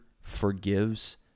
forgives